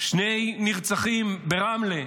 שני נרצחים ברמלה,